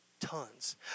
Tons